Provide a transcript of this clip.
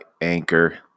Anchor